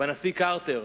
בנשיא קרטר.